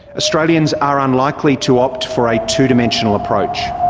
australians are unlikely to opt for a two-dimensional approach.